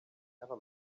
never